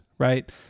Right